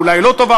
אולי היא לא טובה,